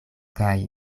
kaj